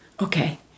Okay